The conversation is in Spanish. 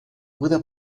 pueden